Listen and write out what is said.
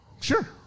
Sure